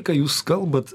kai jūs kalbat